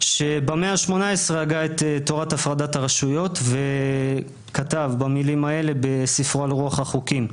שבמאה ה-18 הגה את תורת הפרדת הרשויות וכתב בספרו על רוח החוקים: